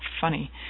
funny